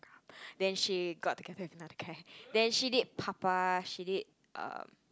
then she got together with another guy then she did papa she did um